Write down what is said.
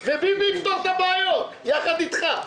וביבי יפתור את הבעיות ביחד איתך.